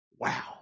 Wow